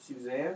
Suzanne